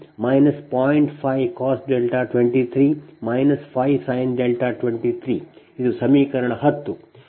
5 cos 23 5 sin 23 ಇದು ಸಮೀಕರಣ 10